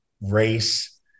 race